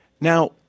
Now